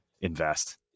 invest